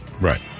Right